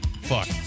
Fuck